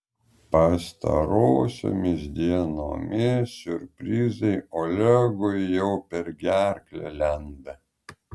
pastarosiomis dienomis siurprizai olegui jau per gerklę lenda